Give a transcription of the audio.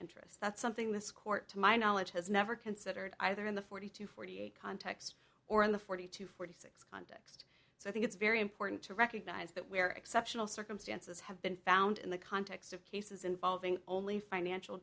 interest that's something this court to my knowledge has never considered either in the forty two forty eight context or in the forty to forty so i think it's very important to recognize that we are exceptional circumstances have been found in the context of cases involving only financial